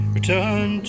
Return